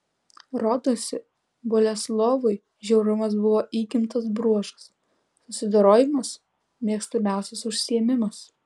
rodosi boleslovui žiaurumas buvo įgimtas bruožas susidorojimas mėgstamiausias užsiėmimas